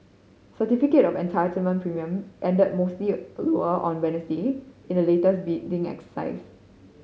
certificate of Entitlement premium ended mostly lower on Wednesday in the latest bidding exercise